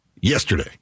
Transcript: yesterday